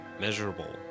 measurable